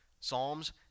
Psalms